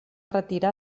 retirar